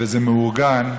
וזה מאורגן,